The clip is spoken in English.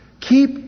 Keep